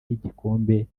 y’igikombe